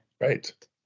Right